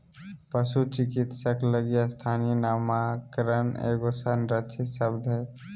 पशु चिकित्सक लगी स्थानीय नामकरण एगो संरक्षित शब्द हइ